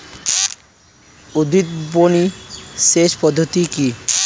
উদ্ভাবনী সেচ পদ্ধতি কি?